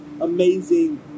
amazing